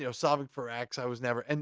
you know solving for x, i was never, and